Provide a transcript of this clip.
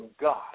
God